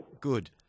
Good